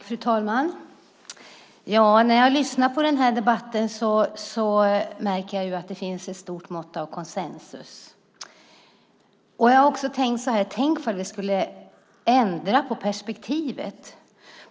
Fru talman! När jag lyssnar på den här debatten märker jag att det finns ett stort mått av konsensus. Jag har också tänkt på hur det skulle vara om vi ändrade på perspektivet.